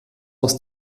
aus